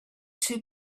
two